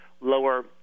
lower